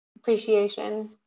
appreciation